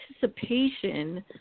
participation